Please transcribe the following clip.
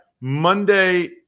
Monday